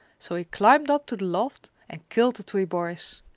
so he climbed up to the loft and killed the three boys.